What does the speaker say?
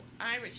Irish